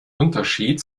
unterschied